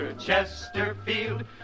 Chesterfield